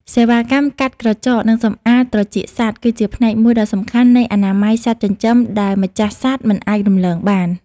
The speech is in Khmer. សេវាកម្មកាត់ក្រចក និងសម្អាតត្រចៀកសត្វ គឺជាផ្នែកមួយដ៏សំខាន់នៃអនាម័យសត្វចិញ្ចឹមដែលម្ចាស់សត្វមិនអាចរំលងបាន។